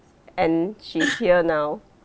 and she's here now